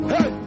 Hey